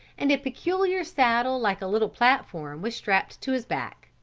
and a peculiar saddle like a little platform was strapped to his back.